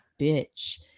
bitch